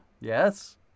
Yes